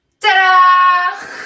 Ta-da